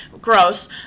gross